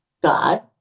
God